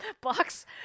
box